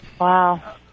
Wow